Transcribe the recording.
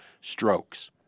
Strokes